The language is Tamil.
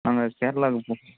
நாங்கள் கேரளாவுக்கு போ